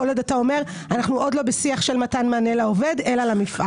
ואנחנו עובדים על הנושא הזה בכל הכוח.